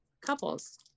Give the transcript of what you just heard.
couples